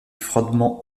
froidement